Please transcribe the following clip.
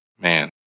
Man